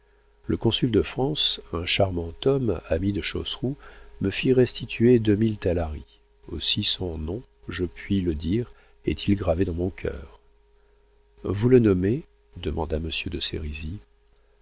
le consul de france un charmant homme ami de chosrew me fit restituer deux mille talari aussi son nom je puis le dire est-il gravé dans mon cœur vous le nommez demanda monsieur de